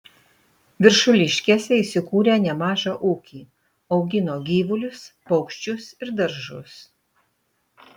viršuliškėse jis įkūrė nemažą ūkį augino gyvulius paukščius ir daržus